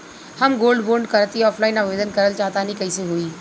हम gold bond करंति offline आवेदन करल चाह तनि कइसे होई?